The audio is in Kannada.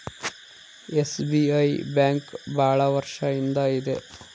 ಎಸ್.ಬಿ.ಐ ಬ್ಯಾಂಕ್ ಭಾಳ ವರ್ಷ ಇಂದ ಇದೆ